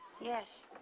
Yes